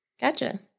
Gotcha